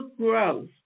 growth